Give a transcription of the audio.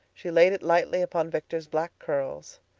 she laid it lightly upon victor's black curls.